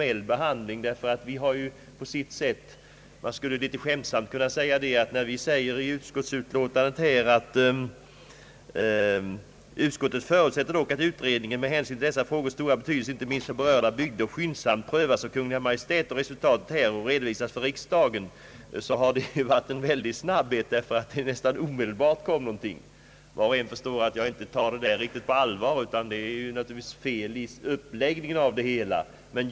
En återremiss skulle mera innebära en formell behandling. Det heter i utskottsutlåtandet: »Utskottet förutsätter dock att utredningsförslagen, med hänsyn till dessa frågors stora betydelse inte minst för berörda bygder, skyndsamt prövas av Kungl. Maj:t samt att resultatet härav redovisas för riksdagen.» Till detta kunde jag ju säga att en mycket stor snabbhet ådagalagts, eftersom proposition aviseras nästan omedelbart. Men uppläggningen är naturligtvis felaktig.